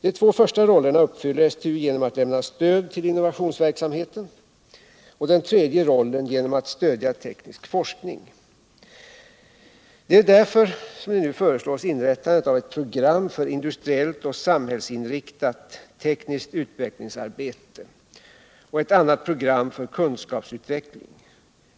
De två första rollerna uppfyller STU genom att lämna stöd till innovationsverksamheten och den tredje rollen genom att stödja teknisk forskning. Det är därför som det nu föreslås att ett program för industriellt och samhällsinriktat tekniskt utvecklingsarbete och ett annat program för kunskapsutveckling skall upprättas.